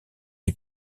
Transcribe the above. est